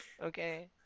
Okay